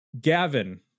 gavin